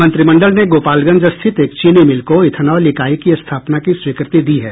मंत्रिमंडल ने गोपालगंज स्थित एक चीनी मिल को इथनॉल इकाई की स्थापना की स्वीकृति दी है